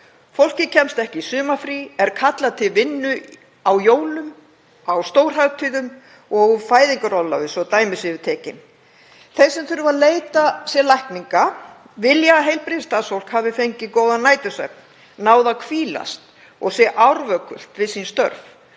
Fólk kemst ekki í sumarfrí, það er kallað til vinnu á jólum, á stórhátíðum og úr fæðingarorlofi, svo dæmi séu tekin. Þeir sem þurfa að leita sér lækninga vilja að heilbrigðisstarfsfólk hafi fengið góðan nætursvefn, náð að hvílast, og sé árvökult við sín störf.